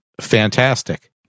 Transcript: fantastic